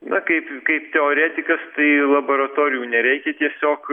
na kaip kaip teoretikas tai laboratorijų nereikia tiesiog